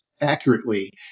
accurately